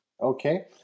Okay